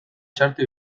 txarto